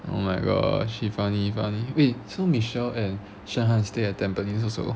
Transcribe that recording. oh my god she funny funny wait so michelle and sheng han stay at tampines also